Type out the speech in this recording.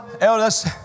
elders